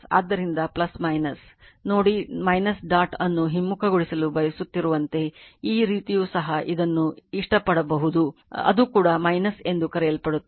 ಆದ್ದರಿಂದ ನೋಡಿ ಡಾಟ್ ಅನ್ನು ಹಿಮ್ಮುಖಗೊಳಿಸಲು ಬರುತ್ತಿರುವಂತೆ ಈ ರೀತಿಯೂ ಸಹ ಇದನ್ನು ಇಷ್ಟಪಡಬಹುದು ಅದು ಕೂಡ ಎಂದು ಕರೆಯಲ್ಪಡುತ್ತದೆ